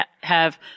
have-